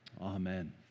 Amen